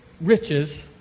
riches